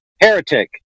Heretic